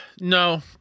No